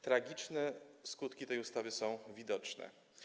Tragiczne skutki tej ustawy są widoczne.